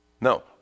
No